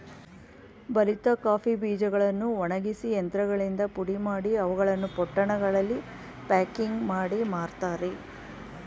ಬಲಿತ ಕಾಫಿ ಬೀಜಗಳನ್ನು ಒಣಗಿಸಿ ಯಂತ್ರಗಳಿಂದ ಪುಡಿಮಾಡಿ, ಅವುಗಳನ್ನು ಪೊಟ್ಟಣಗಳಲ್ಲಿ ಪ್ಯಾಕಿಂಗ್ ಮಾಡಿ ಮಾರ್ತರೆ